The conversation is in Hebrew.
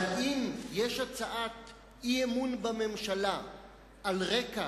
אבל אם יש הצעת אי-אמון בממשלה על רקע